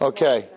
Okay